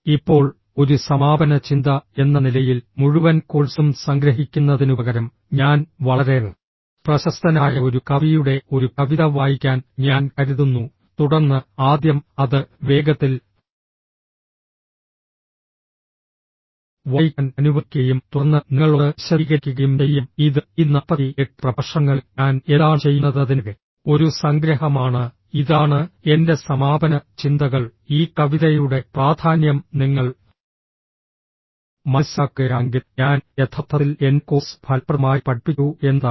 ഇപ്പോൾ ഒരു സമാപന ചിന്ത എന്ന നിലയിൽ മുഴുവൻ കോഴ്സും സംഗ്രഹിക്കുന്നതിനുപകരം ഞാൻ വളരെ പ്രശസ്തനായ ഒരു കവിയുടെ ഒരു കവിത വായിക്കാൻ ഞാൻ കരുതുന്നു തുടർന്ന് ആദ്യം അത് വേഗത്തിൽ വായിക്കാൻ അനുവദിക്കുകയും തുടർന്ന് നിങ്ങളോട് വിശദീകരിക്കുകയും ചെയ്യാം ഇത് ഈ 48 പ്രഭാഷണങ്ങളിൽ ഞാൻ എന്താണ് ചെയ്യുന്നതെന്നതിന്റെ ഒരു സംഗ്രഹമാണ് ഇതാണ് എന്റെ സമാപന ചിന്തകൾ ഈ കവിതയുടെ പ്രാധാന്യം നിങ്ങൾ മനസ്സിലാക്കുകയാണെങ്കിൽ ഞാൻ യഥാർത്ഥത്തിൽ എന്റെ കോഴ്സ് ഫലപ്രദമായി പഠിപ്പിച്ചു എന്നതാണ്